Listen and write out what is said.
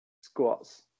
Squats